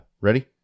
ready